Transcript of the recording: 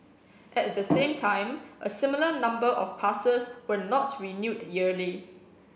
at the same time a similar number of passes were not renewed yearly